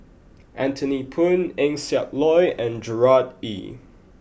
Anthony Poon Eng Siak Loy and Gerard Ee